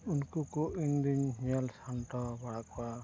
ᱩᱱᱠᱩ ᱠᱚ ᱤᱧ ᱫᱚᱧ ᱧᱮᱞ ᱥᱟᱢᱴᱟᱣ ᱵᱟᱲᱟ ᱠᱚᱣᱟ